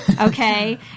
Okay